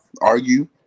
Argue